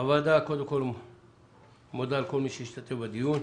הוועדה מודה לכל מי שהשתתף בדיון.